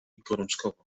gorączkowo